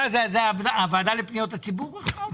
זאת הוועדה לפניות הציבור עכשיו?